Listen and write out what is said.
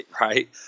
right